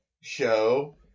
show